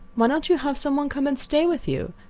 why don't you have some one come and stay with you?